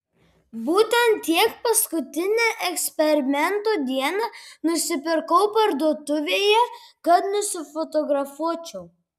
būtent tiek paskutinę eksperimento dieną nusipirkau parduotuvėje kad nusifotografuočiau